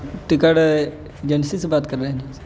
ticket agency سے بات کر رہے ہیں